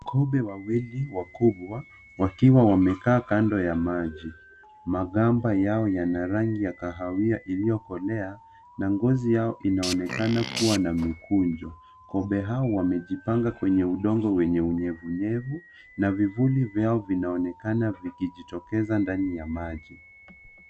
Kobe wawili wakubwa wakiwa wamekaa kando ya maji. Magamba yao yana rangi ya kahawia iliyokolea na ngozi yao inaonekana kuwa na mikunjo. Kobe hao wamejipanga kwenye udongo wenye unyevunyevu na vivuli vyao vinaonekana vikijitokeza ndani ya maji.